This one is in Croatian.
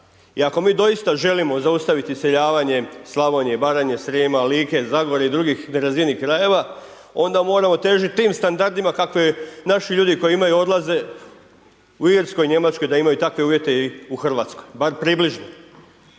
I ako mi doista želimo zaustaviti iseljavanje Slavonije, Baranje, Srijema, Like, Zagore i drugih nerazvijenih krajeva, onda moramo težiti tim standardima kakve je naši ljudi koji imaju, odlaze u Irskoj, Njemačkoj da imaju takve uvjete u RH, bar približno,